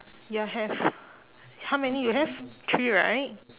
ya have how many you have three right